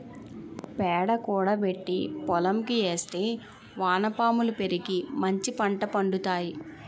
పేడ కూడబెట్టి పోలంకి ఏస్తే వానపాములు పెరిగి మంచిపంట పండుతాయి